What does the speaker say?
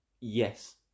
Yes